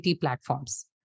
platforms